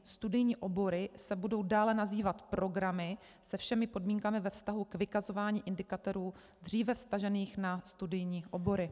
Studijní obory se budou dále nazývat programy se všemi podmínkami ve vztahu k vykazování indikátorů dříve vztažených na studijní obory.